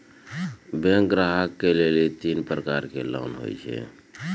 Bank ग्राहक के लेली तीन प्रकर के लोन हुए छै?